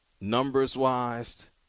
numbers-wise